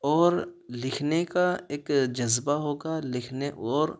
اور لکھنے کا ایک جذبہ ہوگا لکھنے اور